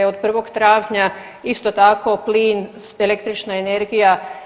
Od 1. travnja isto tako plin, električna energija.